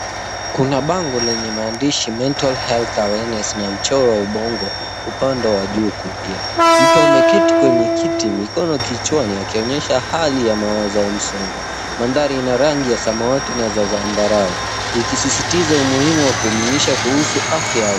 Kuna bango lenye maandishi Mental Health Awareness na mchoro wa ubongo upande wa juu wa kulia. Mtu amaeketi kwenye kiti, mikono kichwani akionyesha hali mawazo ya msongwa . Mandhari yanarangi ya samawati na zambarau ikisisitiza umuhimu wa kuelimisha kuhusu afya ya kiakili.